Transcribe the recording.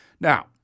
Now